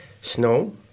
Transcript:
snow